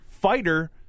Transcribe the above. fighter